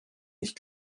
nicht